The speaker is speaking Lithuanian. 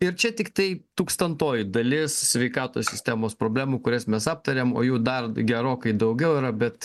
ir čia tiktai tūkstantoji dalis sveikatos sistemos problemų kurias mes aptarėm o jų dar gerokai daugiau yra bet